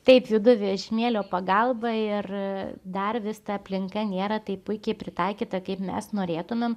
taip judu vežimėlio pagalba ir dar vis ta aplinka nėra taip puikiai pritaikyta kaip mes norėtumėm